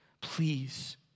please